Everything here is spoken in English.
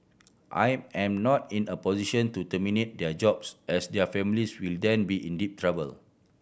I am not in a position to terminate their jobs as their families will then be in deep trouble